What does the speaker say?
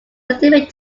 estimated